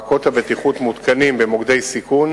מעקות הבטיחות מותקנים במוקדי סיכון